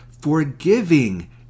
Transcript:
forgiving